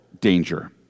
danger